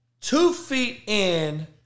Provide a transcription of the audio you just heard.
two-feet-in